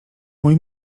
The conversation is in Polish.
mój